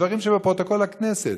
אלה דברים שבפרוטוקול הכנסת.